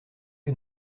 que